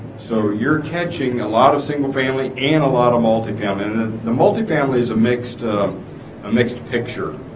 so you're catching a lot of single-family and a lot of multifamily the multifamily is a mixed mixed picture